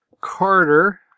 Carter